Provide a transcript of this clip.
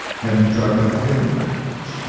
have you tried meditating? not much, no.